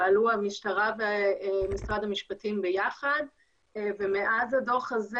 פעלו המשטרה ומשרד המשפטים ביחד ומאז הדוח הזה